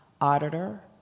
auditor